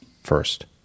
first